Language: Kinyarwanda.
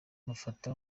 mufata